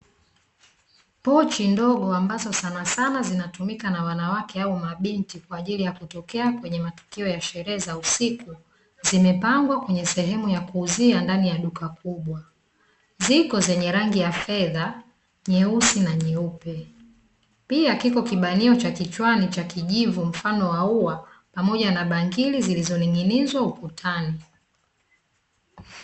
Pochi ndogo ambazo sanasana zinatumika na wanawake au mabinti kwa ajili ya kutokea kwenye matukio ya sherehe za usiku zimepangwa kwenye sehemu ya kuuzia ndani ya duka kubwa. Ziko zenye rangi ya fedha, nyeusi na nyeupe. Pia kipo kibanio cha kichwani cha kijivu mfano wa ua pamoja na bangiri zilizo ning'inizwa ukutani.